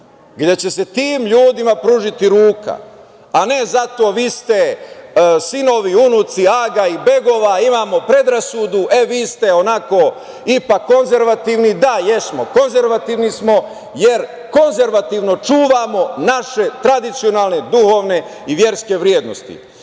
da će se tim ljudima pružiti ruka, a ne zato vi ste sinovi, unuci aga i begova, imamo predrasudu, e, vi ste onako ipak konzervativni. Da, jesmo konzervativni smo, jer konzervativno čuvamo naše tradicionalne, duhovne i verske vrednosti,